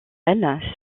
elles